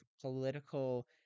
political